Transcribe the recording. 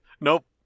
Nope